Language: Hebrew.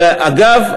אגב,